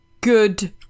good